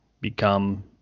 become